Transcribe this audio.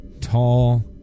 tall